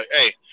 hey